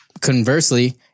conversely